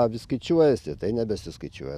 avys skaičiuojasi tai nebesiskaičiuoja